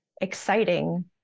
exciting